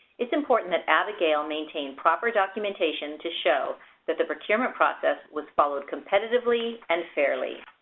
it's important that abigail maintain proper documentation to show that the procurement process was followed competitively and fairly.